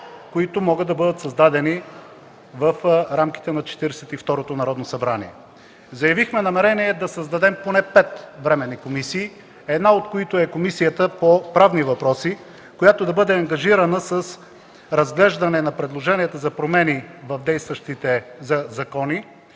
които могат да бъдат създадени в рамките на Четиридесет и второто Народно събрание. Заявихме намерение да създадем поне пет временни комисии, една от които е Комисията по правни въпроси, която да бъде ангажирана с разглеждане на предложенията за промени в действащите закони